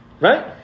Right